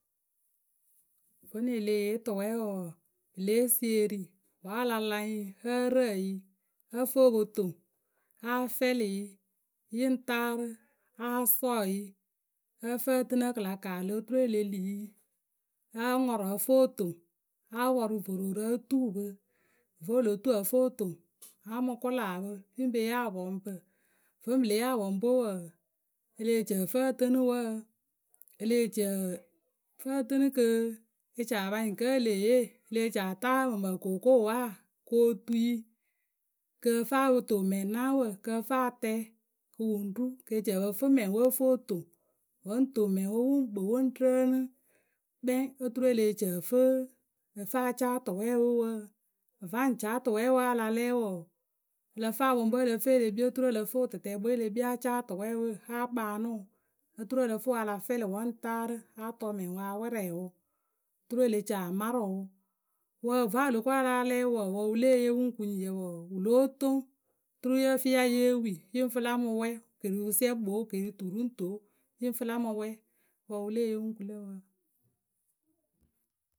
Vonuŋ e leh yee tʊwɛwǝ wǝǝ pǝ lée sie eri wǝ́ a la laŋ yǝ ǝ rǝ yǝ ǝ fǝ o po toŋ a fɛlɩ yǝ yǝ ŋ taarɨ a sɔɔ yǝ ǝ fǝ ǝ tɨnɨ wǝ́ kɨ la kaalɨ oturu e le li yǝ a ŋɔrɔ ǝ fǝ o toŋ a pɔrʊ vororǝ o tuu pǝ vǝ́ o lo tuu pǝ ǝ fǝ o toŋ a mɨ kʊla pǝ pǝ ŋ pe yee apɔŋpǝwe wǝǝ, e leh ci ǝ fǝ ǝtɨnɨ wǝǝ e leh ci ǝ fǝ ǝtɨnɨ kɨ e ci a pa nyɩŋ kǝ́ e leh yee. E leh ci a taa okookowaa kɨ o tuiyǝ kɨ ǝ fǝ o toŋ mɛŋnaawǝ kɨ ǝ fǝ a tɛɛ kɨ wǝ ŋ ru ke ci ǝ pǝ fǝ mɛŋwe ǝ fǝ o toŋ. Vǝ ŋ toŋ mɛŋnwe wǝ ŋ kpɨ wɨ ŋ rǝǝnɨ kpɛŋ oturu e leh ci ǝ fǝ ǝ fǝ a caa tʊwɛwe wǝǝ. Va ŋ caa tʊwɛɛwe a la lɛ wǝǝ ǝ lǝ fǝ apɔŋpǝwe ǝ lǝ fǝ e le kpii oturu ǝ lǝ fǝ wʊtʊtɛɛkpwe e le kpii a caa tʊwɛɛwe a kpaanɨ wǝ oturu ǝ lǝ fǝ wǝ a la fɛlɩ wǝ ŋ taarɨ oturu a la t. u. u mɛŋwǝ a wɛrɛ wǝ. oturu e le ci a marɨ wǝ. Wǝ vǝ́ o lo ko a láa lɛ wǝǝ. wǝ wǝ léze yee wǝ ku nyiyǝ wǝǝ, wǝ lóo toŋ oturu yǝ fǝ ya ye wii yǝ ŋ fǝ la mǝ wɛ wǝ ke ri wǝsiɛkpǝ o, wǝ ke ri tu ru ŋ tu o yǝ ŋ fǝ la mǝ wɛ wǝ wǝ lée yee wǝ ŋ ku lǝ wǝǝ.